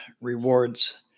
rewards